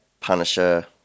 Punisher